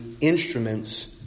instruments